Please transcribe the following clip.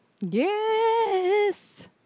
Yes